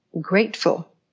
grateful